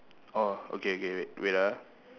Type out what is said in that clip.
oh okay okay wait wait ah